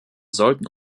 sollten